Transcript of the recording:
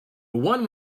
one